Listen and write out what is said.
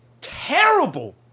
terrible